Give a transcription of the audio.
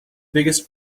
biggest